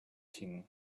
king